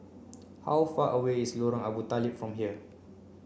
how far away is Lorong Abu Talib from here